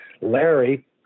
Larry